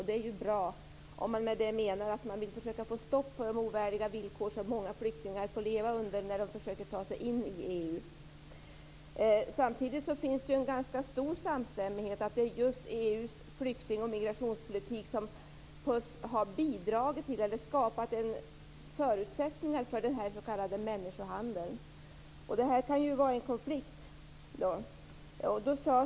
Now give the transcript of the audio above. Det är ju bra om man med det menar att man vill försöka få stopp på de ovärdiga villkor som många flyktingar får leva under när de försöker ta sig in i Samtidigt finns det en ganska stor samstämmighet om att det är just EU:s flykting och migrationspolitik som har skapat förutsättningar för den s.k. människohandeln. Det kan ju vara en konflikt.